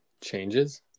changes